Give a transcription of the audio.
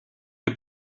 für